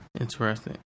Interesting